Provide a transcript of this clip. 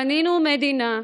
בנינו מדינה,